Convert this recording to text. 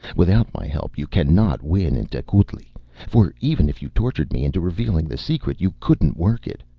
without my help you cannot win into tecuhltli for even if you tortured me into revealing the secret, you couldn't work it.